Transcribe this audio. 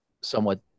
somewhat